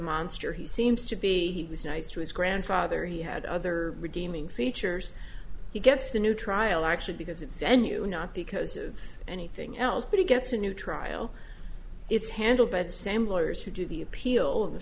monster he seems to be was nice to his grandfather he had other redeeming features he gets the new trial actually because it's n u not because of anything else but he gets a new trial it's handled by the same lawyers who do the appeal of the